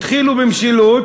התחילו במשילות,